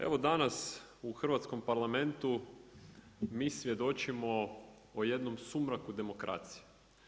Evo danas u Hrvatskom parlamentu mi svjedočimo o jednom sumraku demokracije.